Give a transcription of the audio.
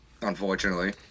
unfortunately